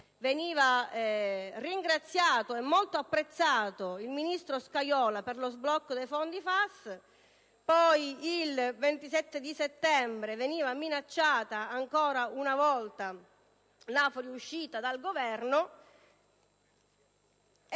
venisse ringraziato e molto apprezzato il ministro Scajola per lo sblocco dei fondi FAS e come poi, il 27 settembre, venisse minacciata ancora una volta la fuoriuscita dal Governo.